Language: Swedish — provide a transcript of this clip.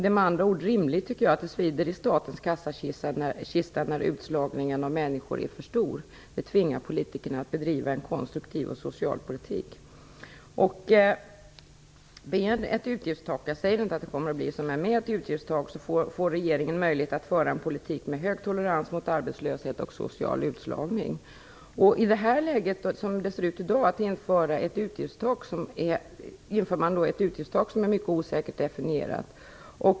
Det är med andra ord rimligt att det svider i statens kassakista när utslagningen av människor är för stor. Det tvingar politikerna att bedriva en konstruktiv och social politik. Jag säger inte att det kommer att bli så, men med ett utgiftstak får regeringen möjlighet att föra en politik med stor tolerans mot arbetslöshet och social utslagning. Men i ett läge som i dag blir det ett utgiftstak som är mycket osäkert definierat.